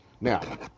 Now